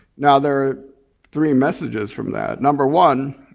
now there three messages from that. number one,